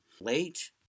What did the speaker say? late